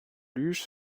luge